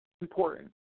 important